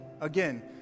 Again